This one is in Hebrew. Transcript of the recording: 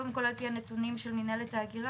קודם כל על פי הנתונים של מינהלת ההגירה,